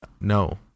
No